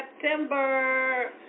September